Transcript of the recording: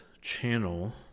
channel